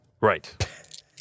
Right